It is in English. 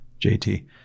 jt